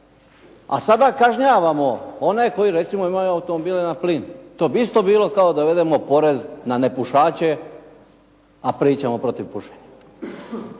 a sada kažnjavamo one koje recimo imaju automobile na plin. To bi isto bilo kao da uvedemo porez na nepušače, a pričamo protiv pušenja.